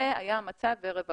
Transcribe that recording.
זה היה המצב ערב הקורונה.